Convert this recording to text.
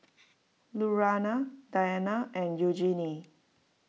Lurana Diana and Eugenie